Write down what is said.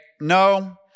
no